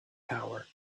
power